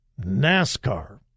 NASCAR